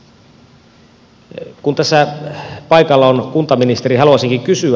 kun tässä paikalla on kuntaministeri haluaisinkin kysyä